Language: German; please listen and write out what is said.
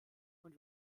und